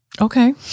Okay